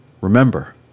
remember